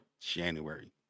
January